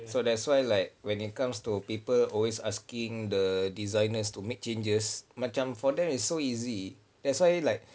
so that's why like when it comes to people always asking the designers to make changes macam for them is so easy that's why like